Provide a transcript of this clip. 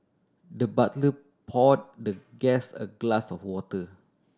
the butler pour the guest a glass of water